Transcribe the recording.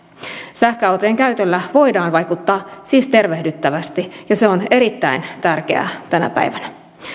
sähköautojen käytöllä voidaan vaikuttaa siis tervehdyttävästi ja se on erittäin tärkeää tänä päivänä